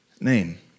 name